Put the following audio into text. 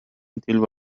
تلو